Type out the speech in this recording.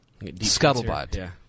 Scuttlebutt